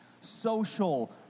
social